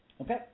Okay